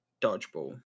Dodgeball